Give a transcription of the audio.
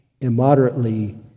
immoderately